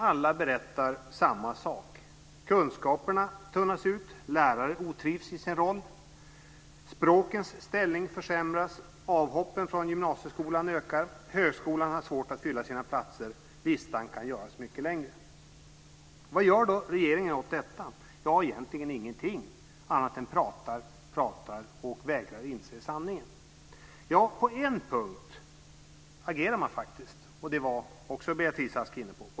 Alla berättar samma sak: kunskaperna tunnas ut, lärarna trivs inte i sin roll, språkens ställning försämras, avhoppen från gymnasieskolan ökar och högskolan har svårt att fylla sina platser. Listan kan göras mycket längre. Vad gör då regeringen åt detta? Ja, egentligen ingenting annat än att prata och att vägra inse sanningen. På en punkt agerar den faktiskt. Det var också Beatrice Ask inne på.